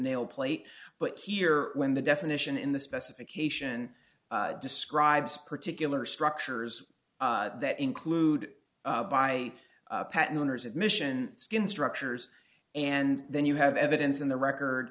nail plate but here when the definition in the specification describes particular structures that include by patent owners admission skin structures and then you have evidence in the record